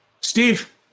Steve